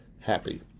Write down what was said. happy